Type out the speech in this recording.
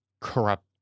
corrupt